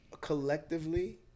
collectively